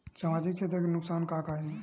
सामाजिक क्षेत्र के नुकसान का का हे?